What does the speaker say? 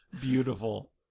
Beautiful